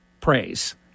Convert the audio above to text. praise